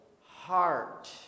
heart